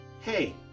Hey